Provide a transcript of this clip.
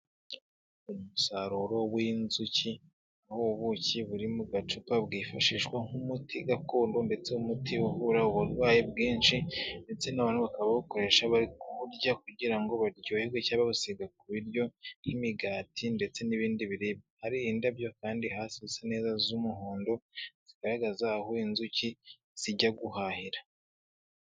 Umusaruro w'inzuki n'ubuki buri mu gacupa bwifashishwa nk'umuti gakondo ndetse umuti uvura uburwayi bwinshi, ndetse n'abantu bakaba babukoreshwa bari kuburya kugira ngo baryoherwe cyangwa basiga ku biryo nk'imigati ndetse n'ibindi biribwa. Hari indabyo kandi hasi zisa neza z'umuhondo, zigaragaza aho inzuki zijya guhahira.